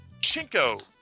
Chinko